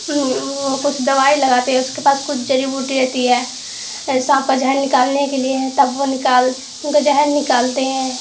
وہ کچھ دوائی لگاتے اس کے پاس کچھ جڑی بوٹی رہتی ہے سانپ کا زہر نکالنے کے لیے تب وہ نکال ان کو زہر نکالتے ہیں